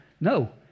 No